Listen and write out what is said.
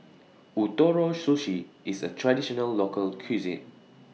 Ootoro Sushi IS A Traditional Local Cuisine